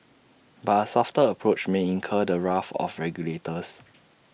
but A softer approach may incur the wrath of regulators